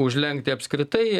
užlenkti apskritai